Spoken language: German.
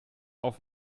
auf